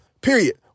period